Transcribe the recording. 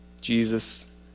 Jesus